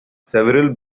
several